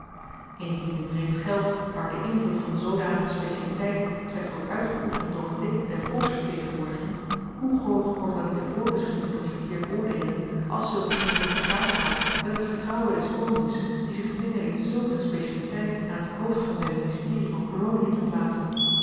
indien dit reeds geldt waar de invloed van zoodanige specialiteit slechts wordt uitgeoefend door een lid der volksvertegenwoordiging hoe groot wordt dan niet de voorbeschikking tot verkeerd oordeelen als zulke invloed gepaard gaat met het vertrouwen des konings die zich dwingen liet zulk een specialiteit aan t hoofd van zyn ministerie van kolonien te plaatsen